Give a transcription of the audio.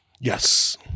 Yes